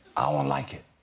i won't like it